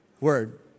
word